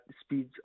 speeds